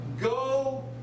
Go